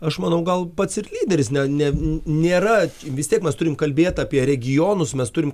aš manau gal pats ir lyderis ne ne nėra vis tiek mes turim kalbėt apie regionus mes turim